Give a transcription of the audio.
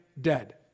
dead